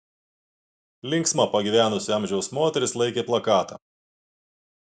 linksma pagyvenusio amžiaus moteris laikė plakatą